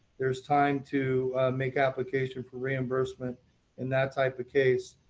there is time to make application for reimbursement in that type of case.